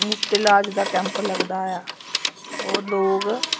मुफ्त इलाज दा कैंप लगदा ऐ होर लोग